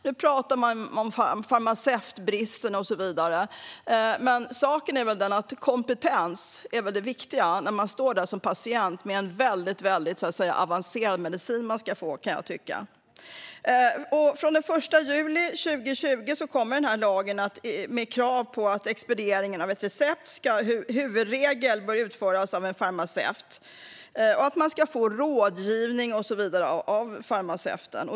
Nu talar man om farmaceutbristen och så vidare, men jag kan tycka att kompetens är det viktiga när man står där som patient och ska få en väldigt avancerad medicin. Från den 1 juli 2020 kommer lagen att innehålla krav på att expediering av ett recept som huvudregel bör utföras av en farmaceut och att man som patient ska få rådgivning och så vidare av farmaceuten.